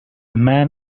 man